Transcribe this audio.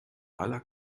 aller